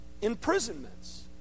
imprisonments